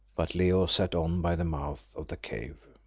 but leo sat on by the mouth of the cave.